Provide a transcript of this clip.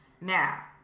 Now